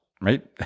right